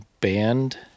band